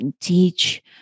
teach